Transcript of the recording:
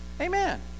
Amen